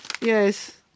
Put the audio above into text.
Yes